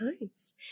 Nice